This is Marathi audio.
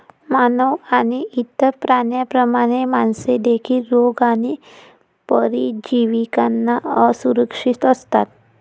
मानव आणि इतर प्राण्यांप्रमाणे, मासे देखील रोग आणि परजीवींना असुरक्षित असतात